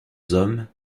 hommes